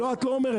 לא, את לא אומרת.